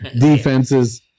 Defenses